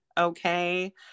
okay